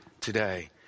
today